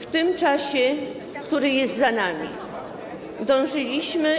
W tym czasie, który jest za nami, dążyliśmy,